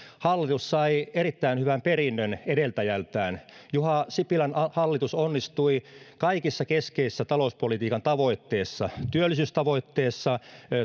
hallitus sai erittäin hyvän perinnön edeltäjältään juha sipilän hallitus onnistui kaikissa keskeisissä talouspolitiikan tavoitteissa työllisyystavoitteessa